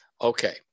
Okay